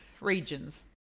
Regions